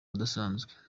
udasanzwe